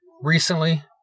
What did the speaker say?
recently